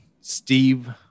Steve